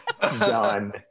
done